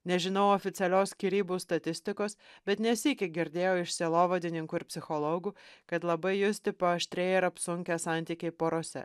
nežinau oficialios skyrybų statistikos bet ne sykį girdėjau iš sielovadininkų ir psichologų kad labai justi paaštrėję ir apsunkę santykiai porose